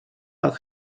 that